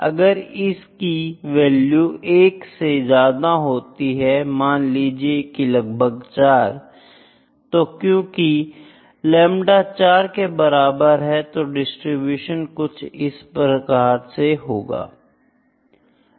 अगर इस की वैल्यू एक से ज्यादा होती है मान लीजिए की लगभग 4 तो क्योंकि लामबड़ 4 के बराबर है तो डिस्ट्रीब्यूशन कुछ इस तरह का दिखाई देगा